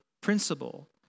principle